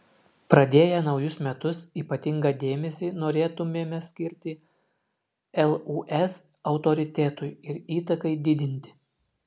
pradėję naujus metus ypatingą dėmesį norėtumėme skirti lūs autoritetui ir įtakai didinti